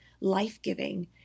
life-giving